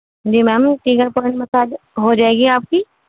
جی ma'am trigger point massage ہو جائے گی آپ کی